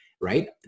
right